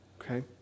Okay